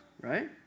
right